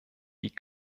die